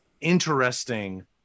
interesting